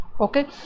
Okay